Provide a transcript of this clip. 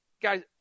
Guys